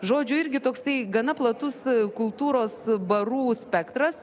žodžiu irgi toksai gana platus kultūros barų spektras